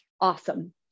awesome